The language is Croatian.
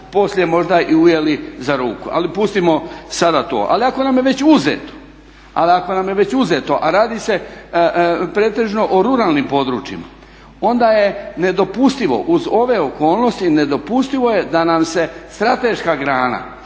poslije možda i ujeli za ruku. Ali pustimo sada to. Ali ako nam je već uzeto a radi se pretežno o ruralnim područjima onda je nedopustivo uz ove okolnosti nedopustivo je da nam se strateška grana